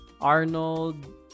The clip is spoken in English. Arnold